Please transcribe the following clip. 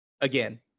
Again